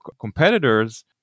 competitors